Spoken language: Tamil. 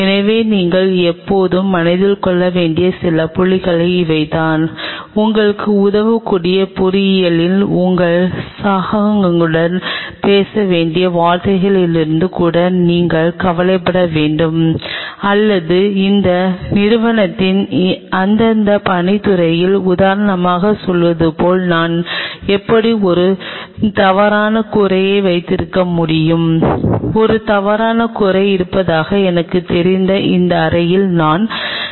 எனவே நீங்கள் எப்போதும் மனதில் கொள்ள வேண்டிய சில புள்ளிகள் இவைதான் உங்களுக்கு உதவக்கூடிய பொறியியலில் உங்கள் சகாக்களுடன் பேச வேண்டிய வார்த்தையிலிருந்து கூட நீங்கள் கவலைப்பட வேண்டும் அல்லது அந்த நிறுவனத்தின் அந்தந்த பணித் துறையில் உதாரணமாக சொல்வது போல் நான் எப்படி ஒரு தவறான கூரையை வைத்திருக்க முடியும் ஒரு தவறான கூரை இருப்பதாக எனக்குத் தெரிந்த இந்த அறையில் நான் நிற்கிறேன்